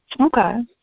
Okay